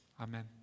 Amen